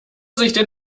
sich